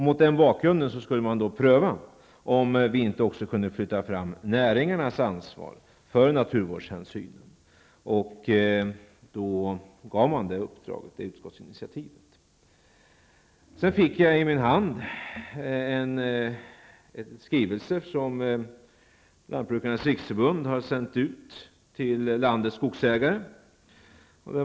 Mot denna bakgrund borde man pröva om vi inte skulle kunna flytta fram näringarnas ansvar för naturvårdshänsyn. Man gav det uppdraget, det utskottsinitiativet. Jag har i min hand fått en skrivelse som Lantbrukarnas riksförbund har sänt ut till landets skogsägare.